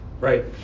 right